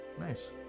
Nice